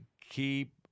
keep